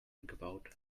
gebaut